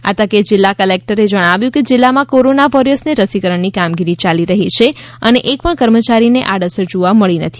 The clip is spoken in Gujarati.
આ તકે જીલ્લા કલેકટરે જણાવ્યું કે જીલ્લામાં કોરોના વોરીયર્સને રસીકરણની કામગીરી ચાલી રહી છે અને એક પણ કર્મચારીને આડ અસર જોવા મળી નથી